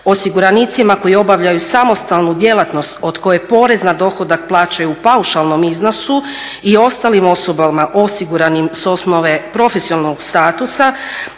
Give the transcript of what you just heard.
osiguranicima koji obavljaju samostalnu djelatnost od koje porez na dohodak plaćaju u paušalnom iznosu i ostalim osobama osiguranim s osnove profesionalnog statusa,